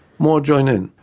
more join in.